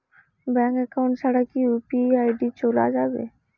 Bank account ছাড়া কি UPI ID চোলা যাবে?